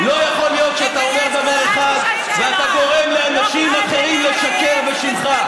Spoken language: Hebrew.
לא יכול להיות שאתה אומר דבר אחד ואתה גורם לאנשים אחרים לשקר בשמך.